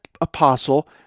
apostle